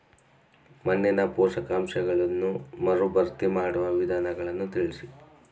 ಮಣ್ಣಿನ ಪೋಷಕಾಂಶಗಳನ್ನು ಮರುಭರ್ತಿ ಮಾಡುವ ವಿಧಾನಗಳನ್ನು ತಿಳಿಸಿ?